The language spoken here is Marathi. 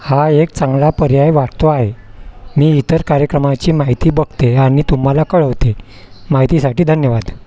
हा एक चांगला पर्याय वाटतो आहे मी इतर कार्यक्रमाची माहिती बघते आणि तुम्हाला कळवते माहितीसाठी धन्यवाद